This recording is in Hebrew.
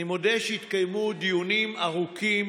אני מודה שהתקיימו דיונים ארוכים,